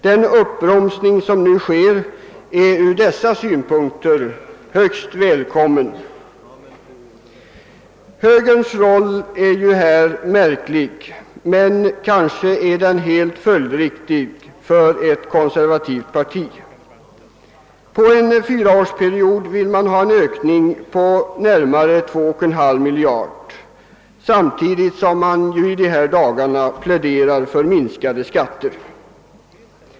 Den uppbromsning av dessa kostnader som nu sker är ur dessa synpunkter högst välkommen. Högerns roll här är märklig men kanske helt följdriktig för ett konservativt parti. Under en fyraårsperiod vill högern ha till stånd en ökning av försvarsutgifterna på närmare 2,5 miljarder sett i förhållande till regeringens förslag samtidigt som högern i dessa dagar pläderar för sänkta skatter.